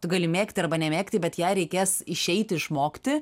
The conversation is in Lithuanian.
tu gali mėgti arba nemėgti bet ją reikės išeiti išmokti